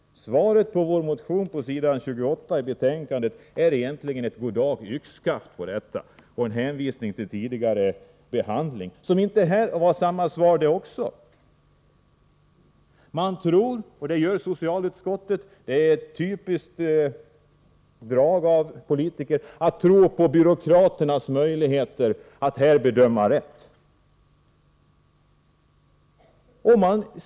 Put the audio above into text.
Svaret på vår motion på s. 28 i betänkandet är egentligen ett Goddag-yxskaft. Man hänvisar till tidigare behandling som innebar samma svar. Man tror inom socialutskottet — och det är ett typiskt drag som gäller politiker — på byråkraternas möjligheter att bedöma frågorna riktigt.